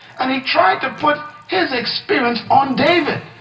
and he tried to put his experience on david.